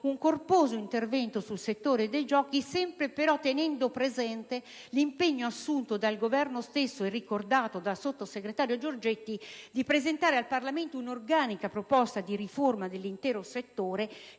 un corposo intervento sul settore dei giochi, tenendo però sempre presente l'impegno, assunto dallo stesso Esecutivo e ricordato dal sottosegretario Giorgetti, di presentare al Parlamento un'organica proposta di riforma dell'intero settore,